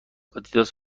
آدیداس